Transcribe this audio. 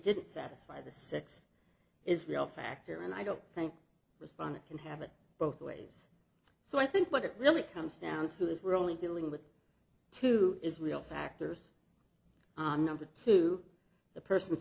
didn't satisfy the sex israel factor and i don't think responding can have it both ways so i think what it really comes down to is we're only dealing with two israel factors on number two the person's